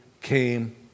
came